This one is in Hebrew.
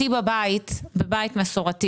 אותי בבית אגב, בית מסורתי